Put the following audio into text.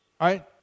right